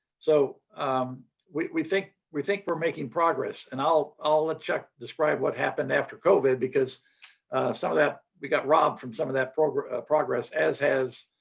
so we think we think we're making progress and i'll let chuck describe what happened after covid because some of that we got robbed from some of that progress progress as has